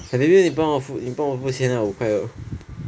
can but 你帮我付钱啊五块二